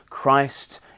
Christ